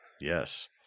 Yes